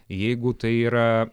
jeigu tai yra